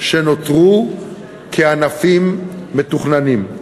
שנותרו כענפים מתוכננים.